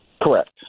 Correct